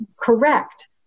correct